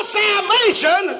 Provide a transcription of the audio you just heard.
salvation